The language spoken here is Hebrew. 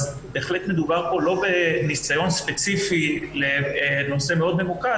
אז בהחלט מדובר פה לא בנסיון ספציפי לנושא מאוד ממוקד,